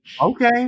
Okay